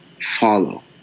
follow